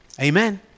Amen